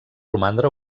romandre